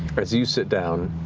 as you sit down,